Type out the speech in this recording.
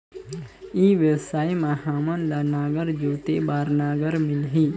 ई व्यवसाय मां हामन ला नागर जोते बार नागर मिलही?